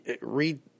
read